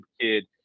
kid